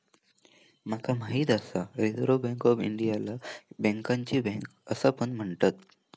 माका माहित आसा रिझर्व्ह बँक ऑफ इंडियाला बँकांची बँक असा पण म्हणतत